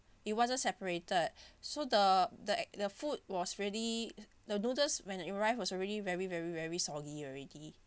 it wasn't separated so the the the food was really the noodles when it arrived was already very very very soggy already